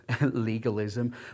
legalism